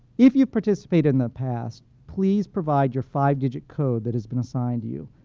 if you've participated in the past, please provide your five digit code that has been assigned to you.